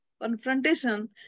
confrontation